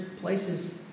places